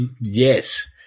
Yes